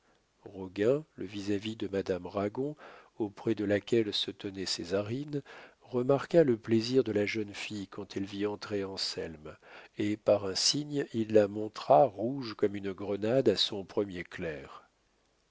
montrèrent roguin le vis-à-vis de madame ragon auprès de laquelle se tenait césarine remarqua le plaisir de la jeune fille quand elle vit entrer anselme et par un signe il la montra rouge comme une grenade à son premier clerc